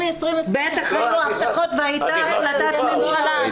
בטח, היו לו הבטחות והייתה החלטת ממשלה.